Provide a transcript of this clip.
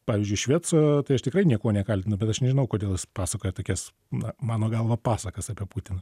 pavyzdžiui šveco tai aš tikrai niekuo nekaltinu bet aš nežinau kodėl pasakoja tokias na mano galva pasakas apie putiną